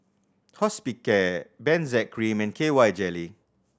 Hospicare Benzac Cream and K Y Jelly